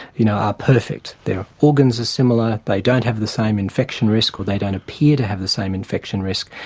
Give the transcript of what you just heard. you know are perfect. their organs are similar, they don't have the same infection risk, or they don't appear to have the same infection risk,